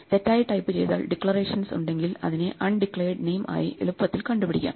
തെറ്റായി ടൈപ്പ് ചെയ്താൽ ഡിക്ലറേഷൻസ് ഉണ്ടെങ്കിൽ അതിനെ അൺ ഡിക്ലയർഡ് നെയിം ആയി എളുപ്പത്തിൽ കണ്ടുപിടിക്കാം